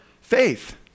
faith